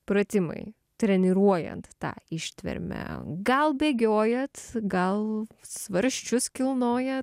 pratimai treniruojant tą ištvermę gal bėgiojat gal svarsčius kilnojat